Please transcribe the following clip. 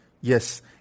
Yes